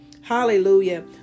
hallelujah